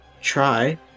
try